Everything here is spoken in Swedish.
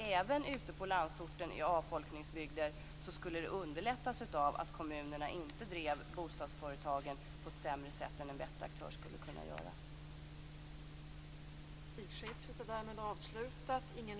Även ute i landsorten i avfolkningsbygder skulle det underlätta om kommunerna inte drev bostadsföretagen på ett sämre sätt än en bättre aktör skulle kunna göra.